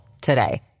today